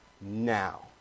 now